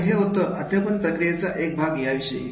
तर हे होतं अध्यापन प्रक्रियेचा एक भाग या विषयी